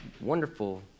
wonderful